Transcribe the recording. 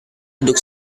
duduk